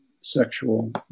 sexual